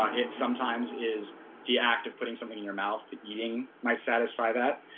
ah it sometimes is the act of putting something in your mouth, eating might satisfy that.